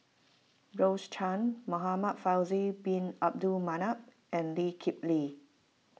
Rose Chan Muhamad Faisal Bin Abdul Manap and Lee Kip Lee